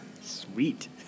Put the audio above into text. sweet